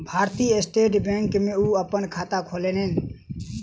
भारतीय state bank में ओ अपन खाता खोलौलेन